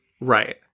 right